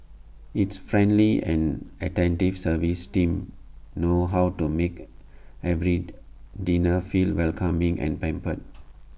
its friendly and attentive service team know how to make every diner feel welcoming and pampered